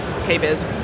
K-Biz